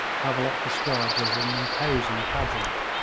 havelock describes as an imposing pageant,